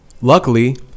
Luckily